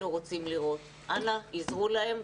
אנא עזרו להם.